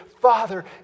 Father